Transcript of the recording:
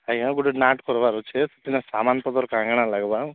ଆଜ୍ଞା ଗୋଟେ ନାଟ୍ କରିବାର ଅଛି ସେଥିଲାଗି ସାମାନ୍ ପତ୍ର କାଁଣ କାଁଣ ଲାଗିବ